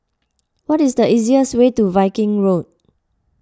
what is the easiest way to Viking Road